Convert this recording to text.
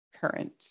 current